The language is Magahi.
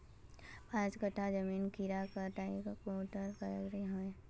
पाँच कट्ठा जमीन खीरा करले काई कुंटल खीरा हाँ बई?